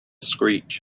screech